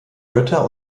götter